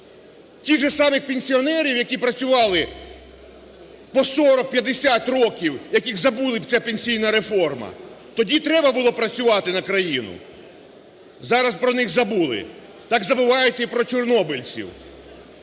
тих же самих пенсіонерів, які працювали по 40, 50 років, яких забула ця пенсійна реформа, тоді треба було працювати на країну, зараз про них забули. Так забувають і про чорнобильців.